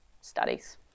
studies